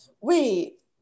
Wait